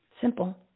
Simple